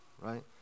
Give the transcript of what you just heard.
right